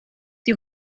die